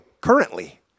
currently